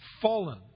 Fallen